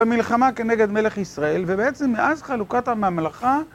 במלחמה כנגד מלך ישראל, ובעצם מאז חלוקת הממלכה...